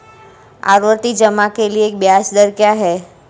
आवर्ती जमा के लिए ब्याज दर क्या है?